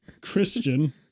Christian